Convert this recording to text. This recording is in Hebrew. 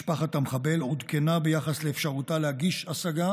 משפחה המחבל עודכנה ביחס לאפשרותה להגיש השגה